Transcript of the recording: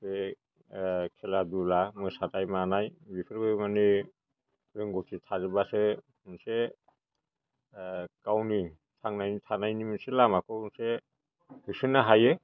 बे खेलादुला मोसानाय मानाय बेफोरबो माने रोंगौथि थाजोब्बासो मोनसे गावनि थांनानै थानायनि मोनसे लामाखौ एसे होसोनो हायो